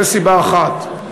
זו סיבה אחת.